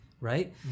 right